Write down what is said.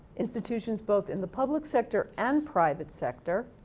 institutions both in the public sector and private sector.